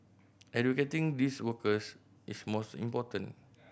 educating these workers is most important